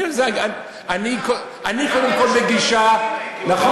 בושה למדינה.